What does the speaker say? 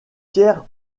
pierre